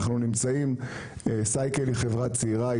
אנחנו נמצאים, סייקל היא חברה צעירה.